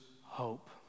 hope